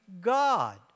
God